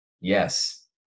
Yes